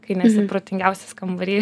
kai nesi protingiausias kambary